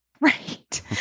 Right